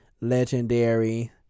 Legendary